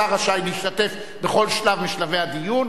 השר רשאי להשתתף בכל שלב משלבי הדיון,